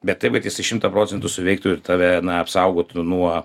bet taip bet jisai šimtą procentų suveiktų ir tave na apsaugotų nuo